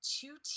two